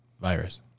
virus